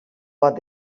vot